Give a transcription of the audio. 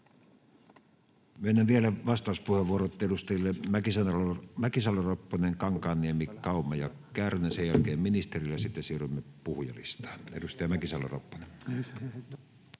Myönnän vielä vastauspuheenvuorot edustajille Mäkisalo-Ropponen, Kankaanniemi, Kauma ja Kärnä, sen jälkeen ministerille, ja sitten siirrymme puhujalistaan. — Edustaja Mäkisalo-Ropponen.